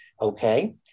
okay